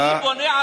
אני בונה על